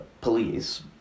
police